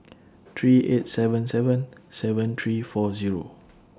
three eight seven seven seven three four Zero